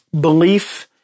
belief